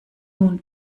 nun